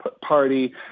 party